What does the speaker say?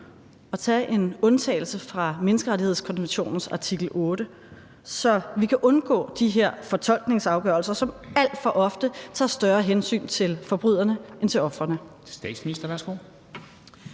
at tage en undtagelse fra menneskerettighedskonventionens artikel 8, så vi kan undgå de her fortolkningsafgørelser, som alt for ofte tager større hensyn til forbryderne end til ofrene?